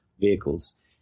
vehicles